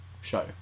show